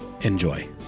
enjoy